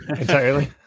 entirely